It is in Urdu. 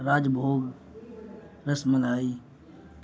راج بھوگ رسملائی